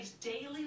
daily